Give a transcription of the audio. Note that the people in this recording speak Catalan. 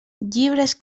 llibres